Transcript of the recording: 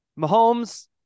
Mahomes